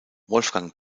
wolfgang